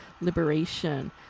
liberation